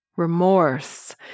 Remorse